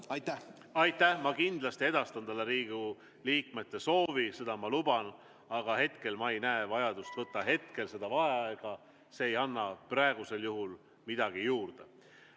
Aitäh! Ma kindlasti edastan talle Riigikogu liikmete soovi, seda ma luban. Aga hetkel ma ei näe vajadust võtta vaheaega. See ei anna praegusel juhul midagi juurde.